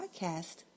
podcast